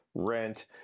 rent